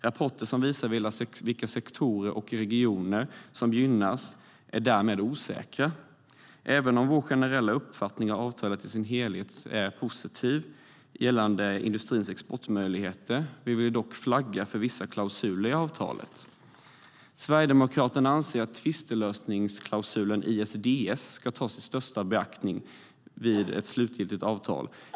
Rapporter som visar vilka sektorer och regioner som gynnas är därmed osäkra. Sverigedemokraterna anser att tvistlösningsklausulen ISDS ska beaktas med största noggrannhet vid ett slutgiltigt avtal.